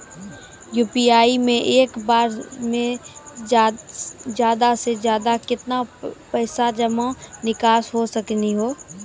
UPI से एक बार मे ज्यादा से ज्यादा केतना पैसा जमा निकासी हो सकनी हो?